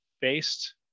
based